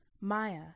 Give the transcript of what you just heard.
Maya